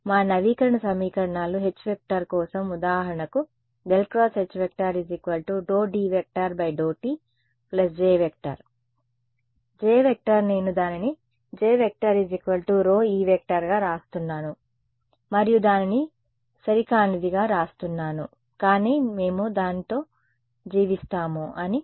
మా నవీకరణ సమీకరణాలు H కోసం ఉదాహరణకు xH ∂D∂t J Jనేను దానిని Jσ E గా వ్రాస్తున్నాను మరియు దానిని సరికానిదిగా వ్రాస్తున్నాను కానీ మేము దాని తో జీవిస్తాము అని